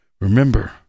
Remember